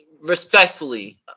respectfully